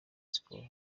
sports